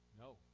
no